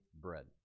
bread